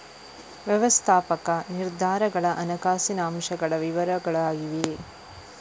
ವ್ಯವಸ್ಥಾಪಕ ನಿರ್ಧಾರಗಳ ಹಣಕಾಸಿನ ಅಂಶಗಳ ವಿವರಗಳಾಗಿವೆ